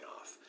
off